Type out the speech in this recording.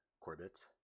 Corbett